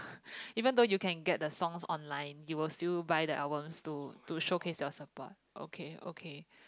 even though you can get the songs online you'll still buy the albums to to showcase your support okay okay